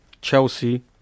Chelsea